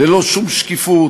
ללא שום שקיפות,